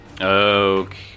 okay